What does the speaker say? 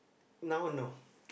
now no